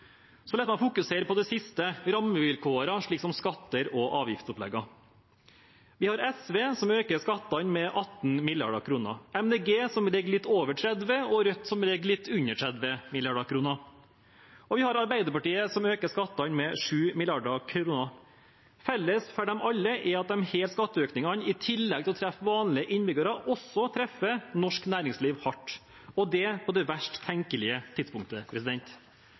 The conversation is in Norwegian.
Så la meg fokusere på det siste – rammevilkårene, som skatter og avgiftsopplegg. Vi har SV, som vil øke skattene med 18 mrd. kr, Miljøpartiet De Grønne, som vil ligge litt over 30 mrd. kr, og Rødt, som ligger litt under 30 mrd. kr. Og vi har Arbeiderpartiet, som vil øke skattene med 7 mrd. kr. Felles for dem alle er at disse skatteøkningene i tillegg til å treffe vanlige innbyggere treffer norsk næringsliv hardt, og det på det verst tenkelige tidspunktet.